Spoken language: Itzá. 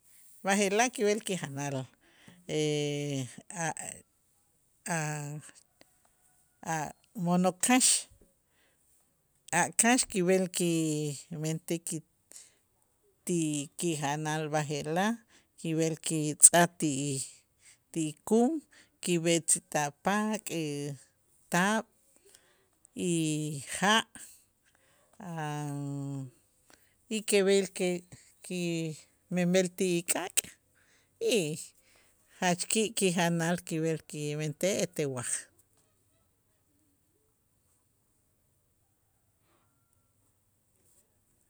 B'aje'laj kib'el kijanal a' a' mo'nok kax a' kax kib'el kimentik ti kijanal b'aje'laj, kib'el kitz'aj ti y ti kum, kib'el si ta' p'ak taab' y ja' a' y que b'el que kimenb'el ti k'aak' y jach ki'ki' janal kib'el kimentej etel waj.